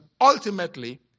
ultimately